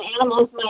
animals